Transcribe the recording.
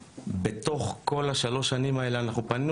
בתוך כל השלוש שנים האלה אנחנו פנינו